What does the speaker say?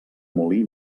molí